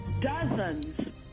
dozens